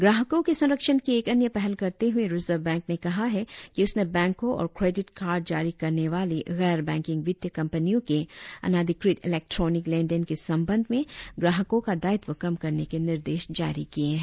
ग्राहकों के संरक्षण की एक अन्य पहल करते हुए रिजर्व बैंक ने कहा है कि उसने बैंकों और क्रेडिट कार्ड जारी करने वाली गैर बैंकिंग वित्तीय कंपनियों के अनधिकृत इलेक्ट्रॉनिक लेनदेन के संबंध में ग्राहकों का दायित्व कम करने के निर्देश जारी किए हैं